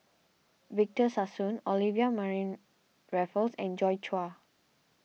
Victor Sassoon Olivia Mariamne Raffles and Joi Chua